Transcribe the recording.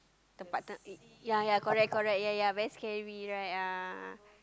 the part time ya ya correct correct ya ya very scary right ah